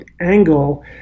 angle